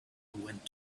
went